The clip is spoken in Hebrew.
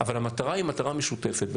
אבל המטרה היא מטרה משותפת.